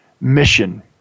mission